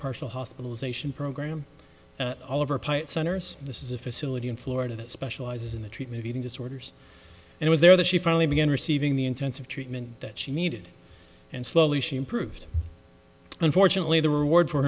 partial hospitalization program all over pyatt centers this is a facility in florida that specializes in the treatment of eating disorders and was there that she finally began receiving the intensive treatment that she needed and slowly she improved unfortunately the reward for